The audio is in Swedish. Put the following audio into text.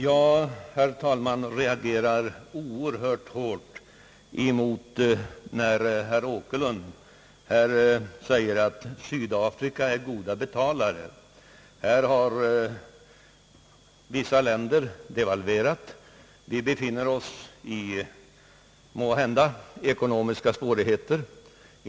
Jag reagerar oerhört starkt när herr Åkerlund säger att Sydafrika är en god betalare och att vi måste tänka på att vi kanske kan råka ut för vissa ekonomiska svårigheter på grund av att en del länder devalverat.